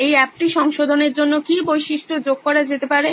এই এ্যাপটি সংশোধনের জন্য কি বৈশিষ্ট্য যুক্ত করা যেতে পারে